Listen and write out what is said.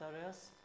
areas